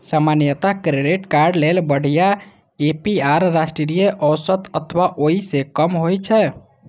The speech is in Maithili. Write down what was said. सामान्यतः क्रेडिट कार्ड लेल बढ़िया ए.पी.आर राष्ट्रीय औसत अथवा ओइ सं कम होइ छै